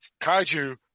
Kaiju